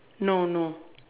no no